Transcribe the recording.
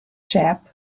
chap